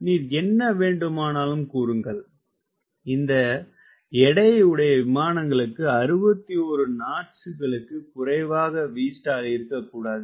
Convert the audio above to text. நீர் என்ன வேண்டுமானாலும் கூறுங்கள் இந்த எடையுடைய விமான்ங்களுக்கு 61 knots களுக்கு குறைவாக Vstall இருக்கக்கூடாது